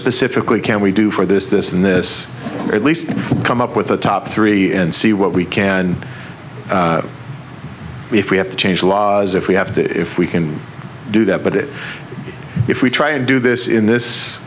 specifically can we do for this this and this at least come up with the top three and see what we can if we have to change the laws if we have to if we can do that but if we try and do this in this